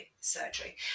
surgery